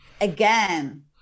again